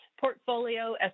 portfolio